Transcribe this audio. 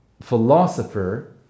philosopher